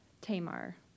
Tamar